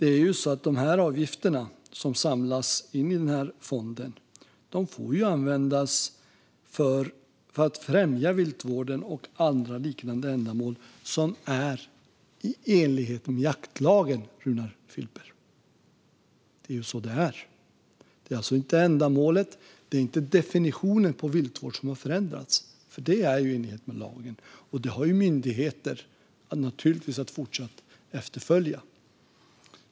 Avgifterna som samlas i den här fonden får användas för att främja viltvården och andra liknande ändamål som är i enlighet med jaktlagen, Runar Filper. Det är så det är. Det är alltså inte ändamålet och inte definitionen av viltvård som har förändrats, för det är i enlighet med lagen. Detta har myndigheter naturligtvis att följa fortsatt.